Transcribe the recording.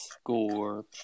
score